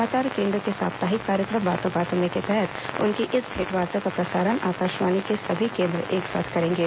समाचार केन्द्र के साप्ताहिक कार्यक्रम बातों बातों में तहत उनकी इस भेंट वार्ता का प्रसारण आकाशवाणी के सभी केन्द्र एक साथ करेंगे